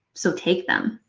so take them.